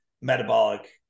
metabolic